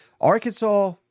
Arkansas